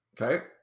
Okay